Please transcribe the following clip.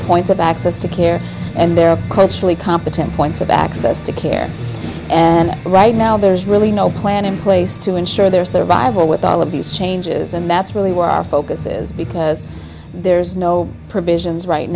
points of access to care and there are culturally competent points of access to care and right now there's really no plan in place to ensure their survival with all of these changes and that's really where our focus is because there's no provisions right